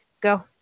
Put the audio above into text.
Go